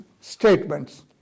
statements